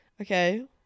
Okay